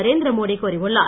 நரேந்திர மோடி கூறியுள்ளார்